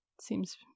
seems